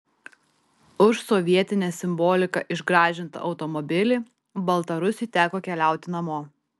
už sovietine simbolika išgražintą automobilį baltarusiui teko keliauti namo